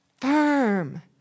firm